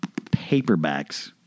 paperbacks